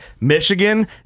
Michigan